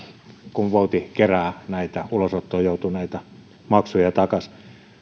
kun vouti kerää näitä ulosottoon joutuneita maksuja takaisin